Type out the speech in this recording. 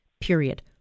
period